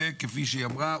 וכפי שהיא אמרה,